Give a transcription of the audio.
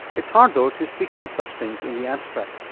it's hard though to speak about such things in the abstract.